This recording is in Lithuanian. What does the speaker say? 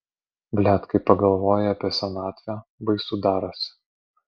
blet kai pagalvoji apie senatvę baisu darosi